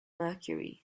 mercury